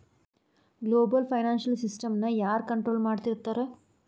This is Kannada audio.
ಗ್ಲೊಬಲ್ ಫೈನಾನ್ಷಿಯಲ್ ಸಿಸ್ಟಮ್ನ ಯಾರ್ ಕನ್ಟ್ರೊಲ್ ಮಾಡ್ತಿರ್ತಾರ?